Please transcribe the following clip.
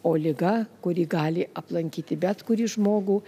o liga kuri gali aplankyti bet kurį žmogų